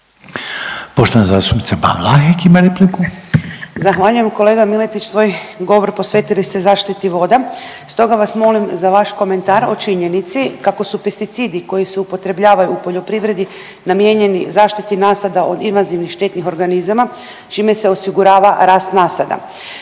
ima repliku. **Ban, Boška (SDP)** Zahvaljujem. Kolega Miletić svoj govor posvetili ste zaštiti voda stoga vas molim za vaš komentar o činjenici kako su pesticidi koji se upotrebljavaju u poljoprivredi namijenjeni zaštiti nasada od invazivnih štetnih organizama čime se osigurava rast nasada.